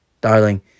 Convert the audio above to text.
Darling